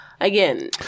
Again